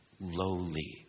Lowly